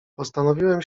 postanowiłem